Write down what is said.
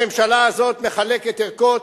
הממשלה הזאת מחלקת ערכות,